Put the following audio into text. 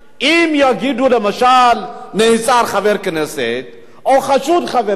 אם יגידו, למשל, נעצר חבר כנסת או חשוד חבר כנסת,